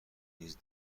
نیز